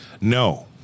No